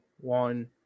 one